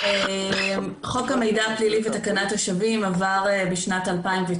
חוק המידע הפלילי ותקנת השבים עבר בשנת 2019